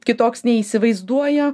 kitoks nei įsivaizduoja